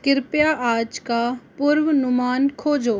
कृपया आज का पूर्वानुमान खोजो